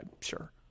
sure